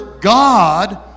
God